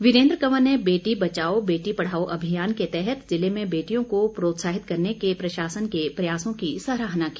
वीरेन्द्र कंवर ने बेटी बचाओ बेटी पढ़ाओ अभियान के तहत जिले में बेटियों को प्रोत्साहित करने के प्रशासन के प्रयासों की सराहना की